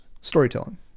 Storytelling